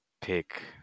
pick